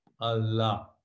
Allah